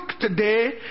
today